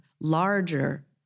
larger